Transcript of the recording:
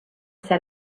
said